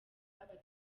batari